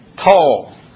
tall